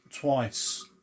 twice